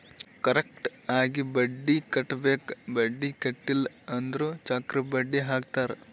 correct ಆಗಿ ಬಡ್ಡಿ ಕಟ್ಟಬೇಕ್ ಬಡ್ಡಿ ಕಟ್ಟಿಲ್ಲ ಅಂದುರ್ ಚಕ್ರ ಬಡ್ಡಿ ಹಾಕ್ತಾರ್